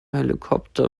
helikopter